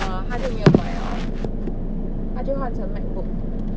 err 他就没有买了 lor 他就换成 MacBook